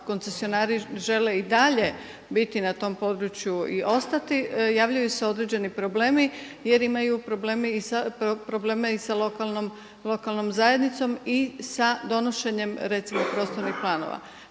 koncesionari žele i dalje biti na tom području i ostati, javljaju se određeni problemi jer imaju problema i sa lokalnom zajednicom i sa donošenjem recimo prostornih planova.